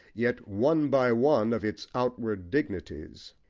yet, one by one, of its outward dignities.